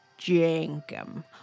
Jankum